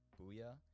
Booyah